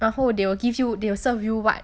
然后 they will give you they will serve you [what]